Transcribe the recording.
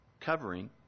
Covering